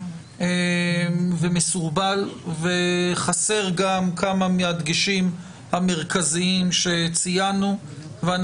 מסורבל וחסר גם כמה מהדגשים המרכזיים שציינו וכמובן